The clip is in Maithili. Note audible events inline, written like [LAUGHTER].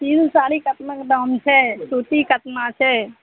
[UNINTELLIGIBLE] साड़ी कतना दाम छै सूती कतना छै